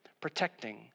protecting